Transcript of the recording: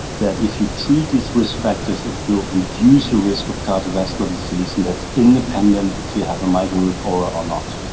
that if you treat these risk factors it will reduce your risk of cardiovascular disease, and that's independent if you have a migraine with aura or not.